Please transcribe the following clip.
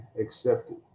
accepted